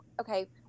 okay